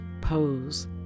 pose